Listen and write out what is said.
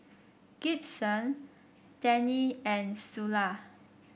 Gibson Dannie and Sula